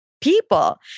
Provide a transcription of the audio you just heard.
people